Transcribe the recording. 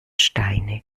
steinig